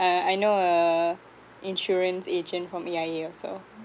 I know a insurance agent from A_I_A also